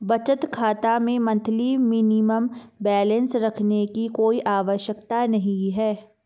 बचत खाता में मंथली मिनिमम बैलेंस रखने की कोई आवश्यकता नहीं है